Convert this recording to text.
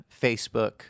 Facebook